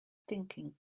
thinking